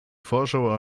vorschau